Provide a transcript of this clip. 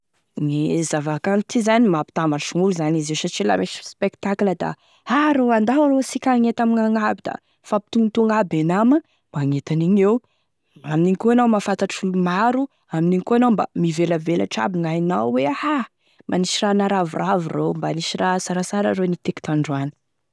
Gne zava-kanto ty zany mampitambatry gn'olo zany izy io satria la misy spectacle da a rô andao asika agnety amignagny aby da mifampitognitogny aby e nama magnety an'igny amigneo, amin'igny koa anao mahafantatry olo maro, amin'igny koa anao mba mivelabelatry aby gn'ainao hoe ha mba nisy raha maharavoravo rô, mba nisy raha tsaratsara rô niteko tandroany.